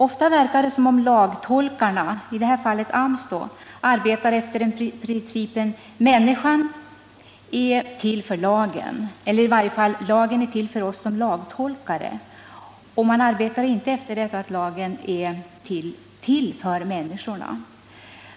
Ofta verkar det som om lagtolkarna — i det här fallet AMS — arbetar efter principen att människan är till för lagen eller i varje fall att lagen är till för lagtolkarna och inte efter principen att lagen är till för. människorna.